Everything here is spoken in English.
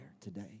today